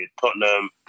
Tottenham